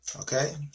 Okay